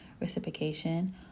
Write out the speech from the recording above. reciprocation